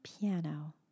piano